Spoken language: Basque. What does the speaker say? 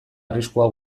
arriskua